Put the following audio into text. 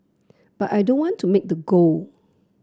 but I don't want to make the goal